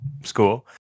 school